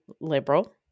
liberal